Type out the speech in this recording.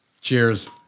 Cheers